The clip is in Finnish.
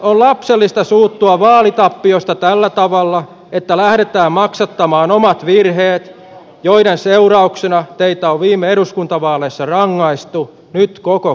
on lapsellista suuttua vaalitappiosta tällä tavalla että lähdetään maksattamaan omat virheet joiden seurauksena teitä on viime eduskuntavaaleissa rangaistu nyt koko kansalla